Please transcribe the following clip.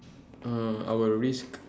uh I will risk